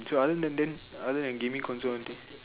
so other than that other than gaming consoles